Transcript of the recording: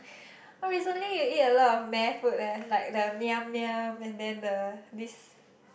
oh recently we eat a lot of meh food leh like the Miam-Miam and then the this